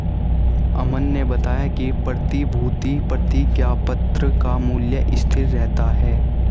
अमन ने बताया कि प्रतिभूति प्रतिज्ञापत्र का मूल्य स्थिर रहता है